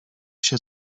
się